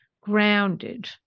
grounded